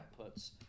outputs